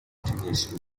continuation